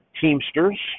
teamsters